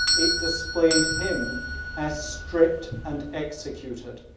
it displayed him as stripped and executed.